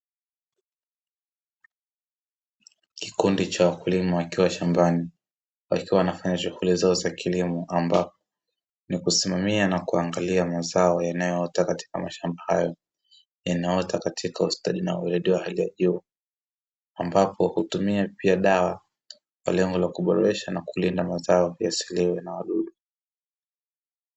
Kikundi cha wakulima wakiwa shambani wakiwa wanafanya shughuli zao za kilimo ambapo ni kwamba ni kusimamia na kuangalia mazao yanayoota katika mshamba hayo, yanayoota katika ustadi na uweredi wa hali ya juu, ambapo hutumia pia dawa kwa lengo la kuboresha na kulinda mazao yasiliwe na wadudu.